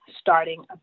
starting